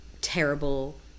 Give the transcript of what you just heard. terrible